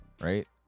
right